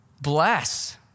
Bless